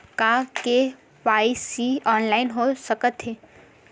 का KYC online हो सकथे?